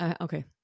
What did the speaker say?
okay